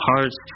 hearts